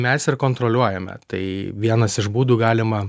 mes ir kontroliuojame tai vienas iš būdų galima